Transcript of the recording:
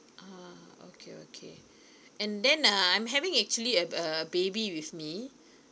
ah okay okay and then uh I'm having actually a uh a baby with me